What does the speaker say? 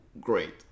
great